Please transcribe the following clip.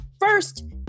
First